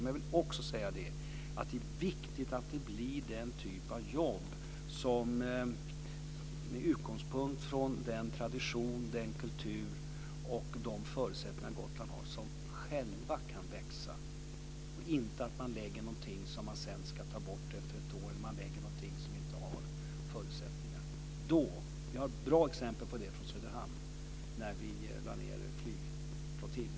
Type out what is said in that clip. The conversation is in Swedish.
Jag vill också säga att det är viktigt att det blir den typ av jobb som med utgångspunkt i den tradition, den kultur och de förutsättningar Gotland har själva kan växa. Man ska inte lägga fram något som man sedan ska ta bort efter ett år eller något som inte har förutsättningar. Vi har bra exempel på det från Söderhamn när vi lade ned flygflottiljen.